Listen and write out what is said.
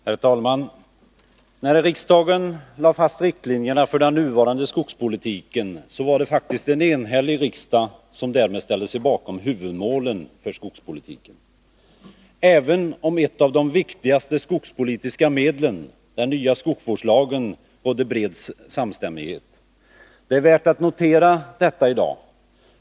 Herr talman! När riksdagen lade fast riktlinjerna för den nuvarande skogspolitiken var det faktiskt en enhällig riksdag som därmed ställde sig bakom huvudmålen för skogspolitiken. Även när det gällde ett av de viktigaste skogspolitiska medlen — den nya skogsvårdslagen — rådde bred samstämmighet. Det är värt att notera detta i dag.